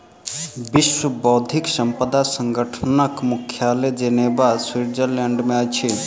विश्व बौद्धिक संपदा संगठनक मुख्यालय जिनेवा, स्विट्ज़रलैंड में अछि